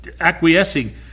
acquiescing